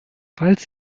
falls